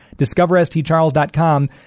discoverstcharles.com